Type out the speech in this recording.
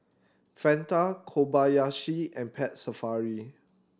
Fanta Kobayashi and Pet Safari